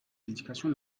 l’éducation